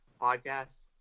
Podcasts